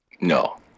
No